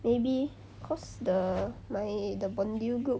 maybe cause the my the bon due group